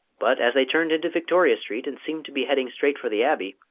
but as they turned into victoria street and seemed to be heading straight for the abbey,